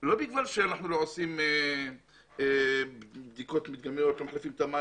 לא בגלל שאנחנו לא עושים בדיקות מדגמיות ומחליפים את המים